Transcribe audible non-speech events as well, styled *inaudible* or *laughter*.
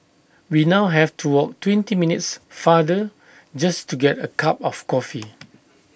we now have to walk twenty minutes farther just to get A cup of coffee *noise*